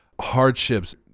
hardships